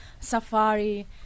safari